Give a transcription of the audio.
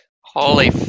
Holy